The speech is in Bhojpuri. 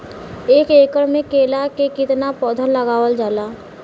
एक एकड़ में केला के कितना पौधा लगावल जाला?